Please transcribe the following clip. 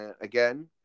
Again